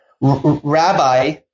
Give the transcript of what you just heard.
rabbi